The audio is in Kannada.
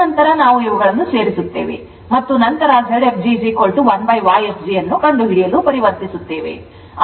ತದನಂತರ ನಾವು ಇವುಗಳನ್ನು ಸೇರಿಸುತ್ತೇವೆ ಮತ್ತು ನಂತರ Zfg1Yfg ಅನ್ನು ಕಂಡುಹಿಡಿಯಲು ಪರಿವರ್ತಿಸುತ್ತೇವೆ